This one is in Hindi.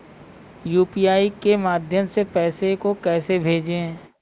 यू.पी.आई के माध्यम से पैसे को कैसे भेजें?